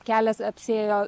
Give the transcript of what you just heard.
kelias apsiėjo